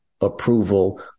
approval